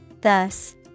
Thus